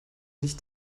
nicht